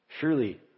surely